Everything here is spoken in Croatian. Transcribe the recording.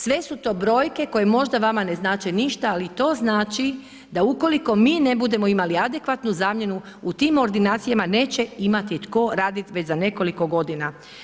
Sve su to brojke koje možda vama ne znači ništa, ali to znači da ukoliko mi ne budemo imali adekvatnu zamjenu u tim ordinacijama neće imati tko radit već za nekoliko godina.